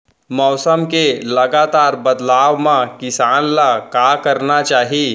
मौसम के लगातार बदलाव मा किसान ला का करना चाही?